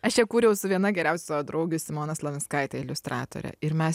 aš ją kūriau su viena geriausių savo draugių simona slavinskaite iliustratore ir mes